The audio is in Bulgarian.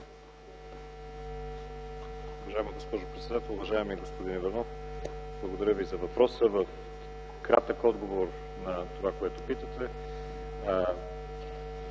Уважаема госпожо председател, уважаеми господин Иванов, благодаря Ви за въпроса. В кратък отговор на това, което питате,